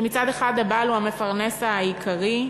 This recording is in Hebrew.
מצד אחד הבעל הוא המפרנס העיקרי,